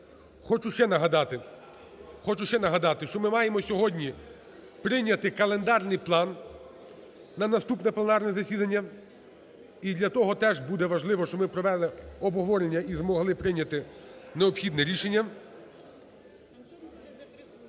хочу ще нагадати, що ми маємо сьогодні прийняти календарний план на наступне пленарне засідання, і для того теж буде важливо, щоб ми провели обговорення і змогли прийняти необхідне рішення.